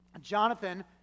Jonathan